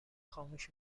خاموش